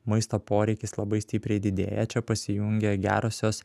maisto poreikis labai stipriai didėja čia pasijungia gerosios